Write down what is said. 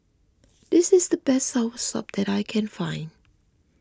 this is the best Soursop that I can find